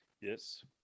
Yes